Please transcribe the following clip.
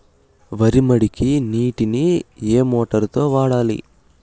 వరి మడికి నీటిని ఏ మోటారు తో వాడాలి?